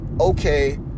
Okay